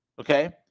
Okay